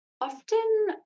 Often